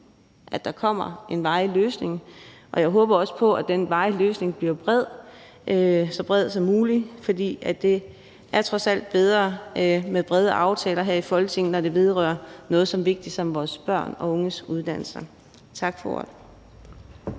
at der kommer en varig løsning, og jeg håber også på, at den varige løsning bliver så bred som mulig. For det er trods alt bedre med brede aftaler her i Folketinget, når det vedrører noget så vigtigt som vores børn og unges uddannelser. Tak for ordet.